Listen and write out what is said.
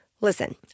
Listen